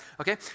okay